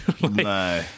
No